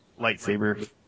lightsaber